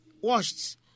washed